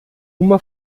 uma